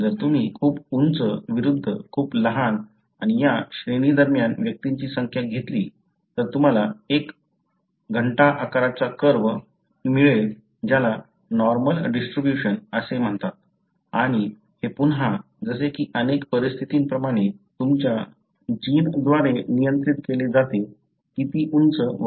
जर तुम्ही खूप उंच विरूद्ध खूप लहान आणि या श्रेणी दरम्यान व्यक्तींची संख्या घेतली तर तुम्हाला एक घंटा आकाराचा कर्व मिळेल ज्याला नॉर्मल डिस्ट्रिब्युशन असे म्हणतात आणि हे पुन्हा जसे की अनेक परिस्थितींप्रमाणे तुमच्या जीनद्वारे नियंत्रित केले जाते किती उंच वगैरे